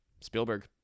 Spielberg